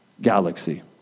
galaxy